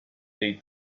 they